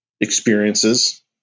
experiences